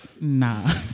Nah